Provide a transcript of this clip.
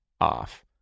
off